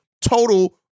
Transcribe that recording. total